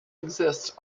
exists